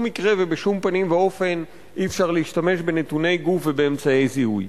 מקרה ובשום פנים ואופן אי-אפשר להשתמש בנתוני גוף ובאמצעי זיהוי.